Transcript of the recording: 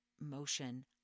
motion